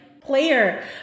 player